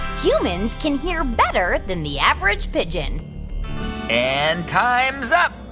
humans can hear better than the average pigeon and time's up.